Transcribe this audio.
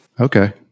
Okay